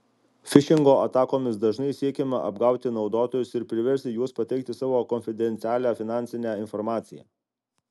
fišingo atakomis dažnai siekiama apgauti naudotojus ir priversti juos pateikti savo konfidencialią finansinę informaciją